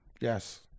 Yes